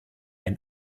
ein